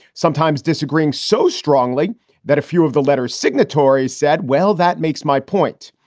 sometimes disagreeing so strongly that a few of the letter's signatories said, well, that makes my point.